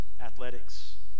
athletics